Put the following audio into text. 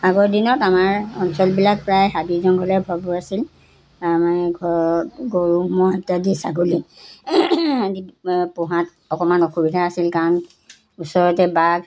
আগৰ দিনত আমাৰ অঞ্চলবিলাক প্ৰায় হাবি জংঘলে ভৰপূৰ আছিল আমাৰ ঘৰত গৰু ম'হ ইত্যাদি ছাগলী পোহাত অকণমান অসুবিধা আছিল কাৰণ ওচৰতে বাঘ